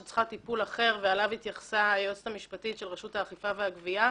שצריכה טיפול אחר ואליו התייחסה היועצת המשפטית של רשות האכיפה והגבייה,